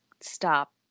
stop